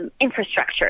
Infrastructure